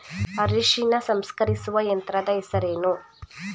ಅರಿಶಿನ ಸಂಸ್ಕರಿಸುವ ಯಂತ್ರದ ಹೆಸರೇನು?